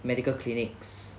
medical clinics